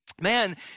man